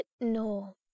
no